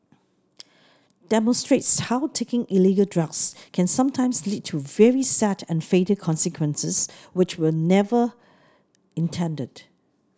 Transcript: demonstrates how taking illegal drugs can sometimes lead to very sad and fatal consequences which were never intended